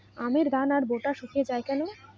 আমের দানার বোঁটা শুকিয়ে য়ায় কেন?